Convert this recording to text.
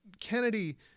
Kennedy